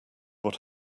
what